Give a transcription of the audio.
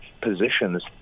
positions